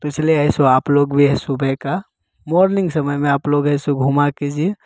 इसलिए ऐसे आप लोग भी ऐसे सुबह का मॉर्निंग समय में आप लोग ऐसे घूमा कीजिए